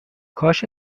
کاش